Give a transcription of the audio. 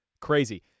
Crazy